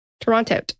Toronto